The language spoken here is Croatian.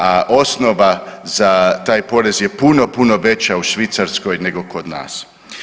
A osnova za taj porez je puno, puno veća u Švicarskoj nego kod nas.